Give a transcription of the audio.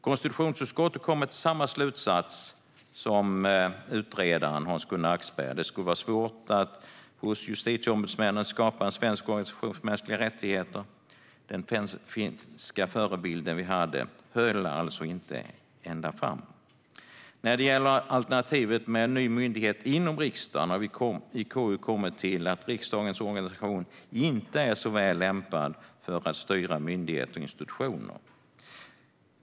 Konstitutionsutskottet kommer till samma slutsats som utredaren Hans-Gunnar Axberger - det skulle vara svårt att hos justitieombudsmännen skapa en svensk organisation för mänskliga rättigheter. Den finska förebilden vi hade höll alltså inte ända fram. När det gäller alternativet med en ny myndighet inom riksdagen har vi i KU kommit fram till att riksdagens organisation inte är så väl lämpad för att styra myndigheter och institutioner.